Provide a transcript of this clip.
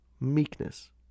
meekness